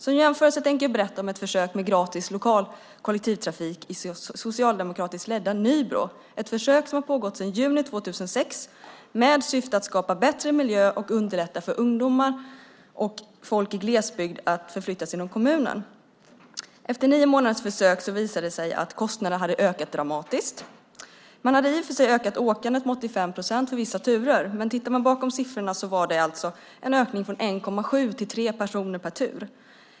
Som jämförelse tänker jag berätta om ett försök med gratis kollektivtrafik i socialdemokratiskt ledda Nybro, ett försök som har pågått sedan juni 2006 med syfte att skapa bättre miljö och underlätta för ungdomar och folk i glesbygd att förflytta sig inom kommunen. Efter nio månaders försök visade det sig att kostnaderna hade ökat dramatiskt. I och för sig hade åkandet ökat med 85 procent på vissa turer. Men när man tittade bakom siffrorna såg man att det alltså var en ökning från 1,7 till 3 personer per tur.